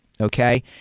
Okay